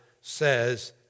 says